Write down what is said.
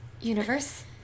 universe